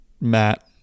Matt